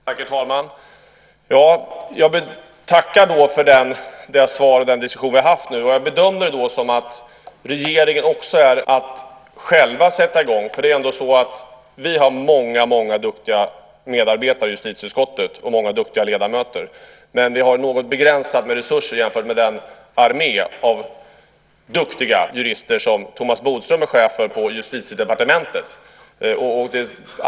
Herr talman! Jag tackar för det svar och den diskussion vi har haft nu. Jag bedömer det som att regeringen också är beredd att själv sätta i gång. Vi har många duktiga medarbetare i justitieutskottet och många duktiga ledamöter, men vi har något begränsat med resurser jämfört med den armé av duktiga jurister som Thomas Bodström är chef för på Justitiedepartementet.